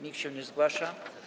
Nikt się nie zgłasza.